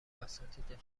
اساتید